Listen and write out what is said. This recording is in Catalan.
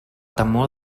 temor